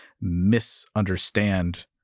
misunderstand